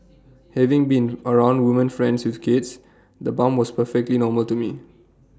having been around woman friends with kids the bump was perfectly normal to me